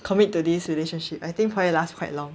commit to this relationship I think 可以 last quite long